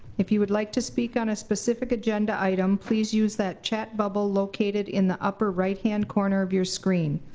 if you would like to speak on a specific agenda item, please use that chat bubble located in the upper right hand corner of your screen.